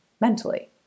mentally